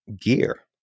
gear